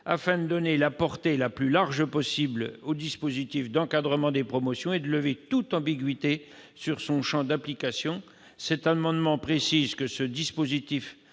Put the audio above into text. Afin de donner la portée la plus large possible au dispositif d'encadrement des promotions et de lever toute ambiguïté sur son champ d'application, cet amendement tend à apporter